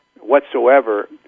whatsoever